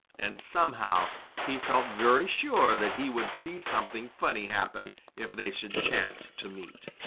and somehow he felt very sure that he would see something funny happen if they should chance to meet.